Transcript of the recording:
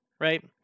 right